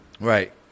Right